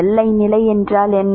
எல்லை நிலை என்றால் என்ன